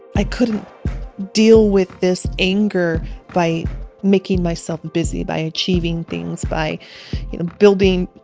i couldn't deal with this anger by making myself busy, by achieving things, by you know building